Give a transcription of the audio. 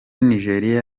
nigeria